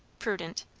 prudent!